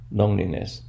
loneliness